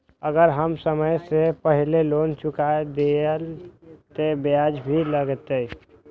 अगर हम समय से पहले लोन चुका देलीय ते ब्याज भी लगते?